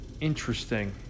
Interesting